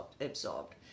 absorbed